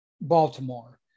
baltimore